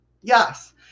yes